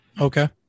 Okay